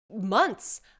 months